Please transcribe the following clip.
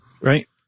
Right